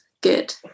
good